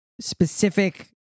specific